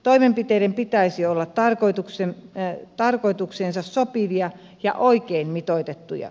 toimenpiteiden pitäisi olla tarkoitukseensa sopivia ja oikein mitoitettuja